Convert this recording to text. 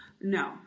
No